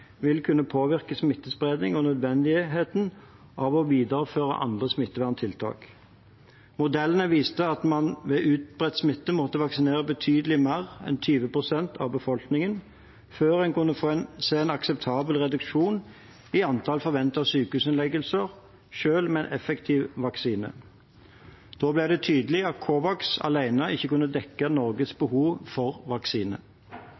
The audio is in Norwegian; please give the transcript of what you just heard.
kunne påvirke smittespredning og nødvendigheten av å videreføre andre smitteverntiltak. Modellene viste at man ved utbredt smitte måtte vaksinere betydelig mer enn 20 pst. av befolkningen før man ville kunne se en akseptabel reduksjon i antall forventede sykehusinnleggelser – selv med en effektiv vaksine. Da ble det tydelig at COVAX alene ikke kunne dekke Norges